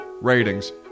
ratings